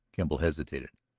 kemble hesitated.